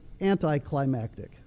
anticlimactic